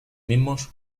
mismos